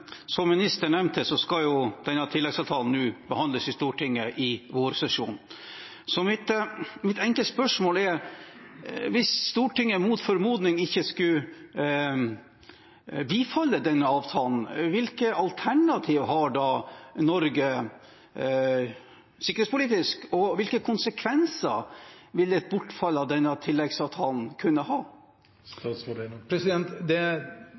Som ministeren nevnte, skal denne tilleggsavtalen behandles i Stortinget nå i vårsesjonen. Så mitt enkle spørsmål er: Hvis Stortinget mot formodning ikke skulle bifalle denne avtalen, hvilke alternativer har da Norge sikkerhetspolitisk, og hvilke konsekvenser vil et bortfall av denne tilleggsavtalen kunne ha? Det er selvsagt sider ved avtalen som man kunne ønske annerledes, men slik er det